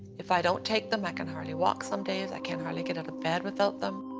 if i don't take them, i can hardly walk some days. i can't hardly get out of bed without them.